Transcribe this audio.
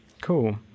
Cool